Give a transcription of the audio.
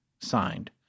Signed